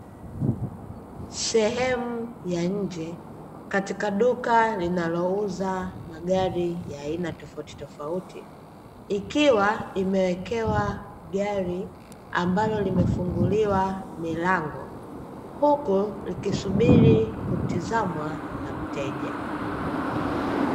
Sehemu ya nje katika duka linalouza magari ya aina tofauti tofauti. Ikiwa imewekewa gari ambalo limefunguliwa Milango huku likisubiri kutizamwa na mteja.